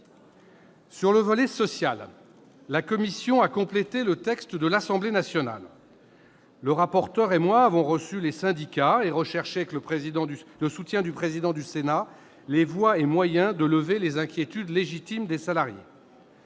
Sur le volet social, la commission a complété le texte de l'Assemblée nationale. Le rapporteur et moi-même avons reçu les syndicats et recherché, avec le soutien du président du Sénat, les voies et moyens de lever les inquiétudes légitimes des salariés.